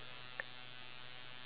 iya